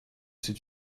c’est